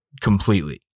completely